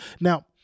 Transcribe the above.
Now